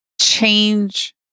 change